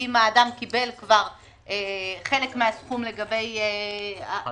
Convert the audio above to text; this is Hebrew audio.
אם האדם קיבל חלק מהסכום לגבי המענק,